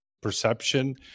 Perception